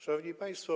Szanowni Państwo!